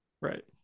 Right